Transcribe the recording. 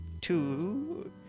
two